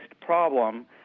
problem